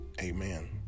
Amen